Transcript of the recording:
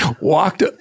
walked